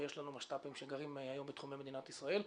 ויש לנו משת"פים שגרים בשטחי מדינת ישראל היום.